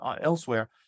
elsewhere